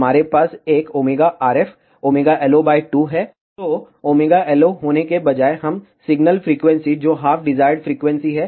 हमारे पास एक ωRF ωLO 2है तो ωLO होने के बजाय हम सिग्नल फ्रीक्वेंसी जो हाफ डिजायर्ड फ्रीक्वेंसी है